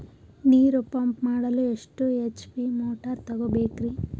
ನೀರು ಪಂಪ್ ಮಾಡಲು ಎಷ್ಟು ಎಚ್.ಪಿ ಮೋಟಾರ್ ತಗೊಬೇಕ್ರಿ?